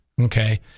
okay